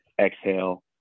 exhale